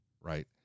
Right